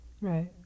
Right